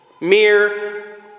Mere